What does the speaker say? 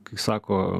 kai sako